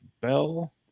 Bell